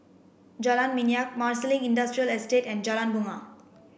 Jalan Minyak Marsiling Industrial Estate and Jalan Bungar